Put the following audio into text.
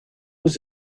was